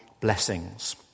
blessings